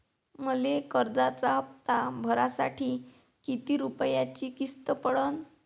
मले कर्जाचा हप्ता भरासाठी किती रूपयाची किस्त पडन?